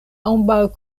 ambaŭ